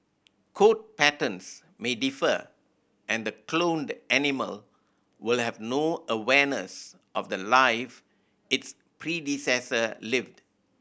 coat patterns may differ and the cloned animal will have no awareness of the life its predecessor lived